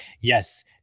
Yes